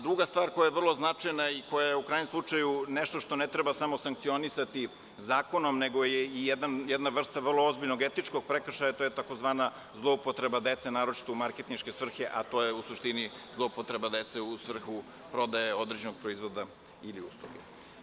Druga stvar koja je vrlo značajna i koja je u krajnjem slučaju nešto što ne treba samo sankcionisati zakonom nego je i jedna vrsta vrlo ozbiljnog etičkog prekršaja, a to je tzv. zloupotreba dece naročito u marketinške svrhe, a to je u suštini zloupotreba dece u svrhu prodaje određenog proizvoda ili usluge.